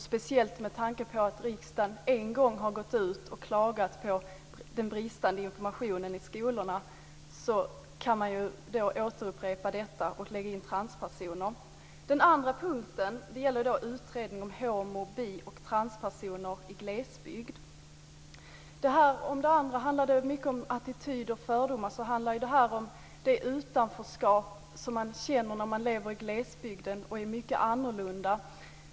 Speciellt med tanke på att riksdagen en gång har gått ut och klagat på den bristande informationen i skolorna kan man ju upprepa det och då lägga in även transpersoner. Den andra punkten gällde en utredning om homooch bisexuella personer samt transpersoner i glesbygd. Medan det första jag tog upp handlade mycket om attityder och fördomar handlar det här om det utanförskap som man känner när man lever i glesbygden och är mycket annorlunda.